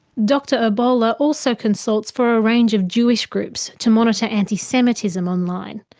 dr oboler also consults for a range of jewish groups to monitor anti-semitism online.